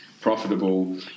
profitable